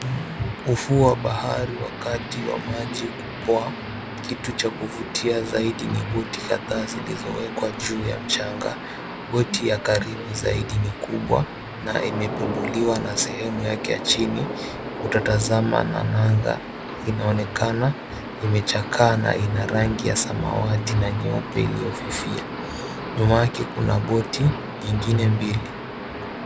Ufuo bahari wakati wa maji kupoa. Kitu cha kuvutia zaidi, ni boti kadhaa zilizowekwa juu ya mchanga. Boti ya karibu zaidi ni kubwa, na imepinduliwa na sehemu yake ya chini. Utatazama na nanga inaonekana imechakaa ina rangi ya samawati na nyeupe iliyofifia. Nyuma yake kuna boti nyingine mbili.